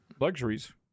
Luxuries